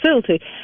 facility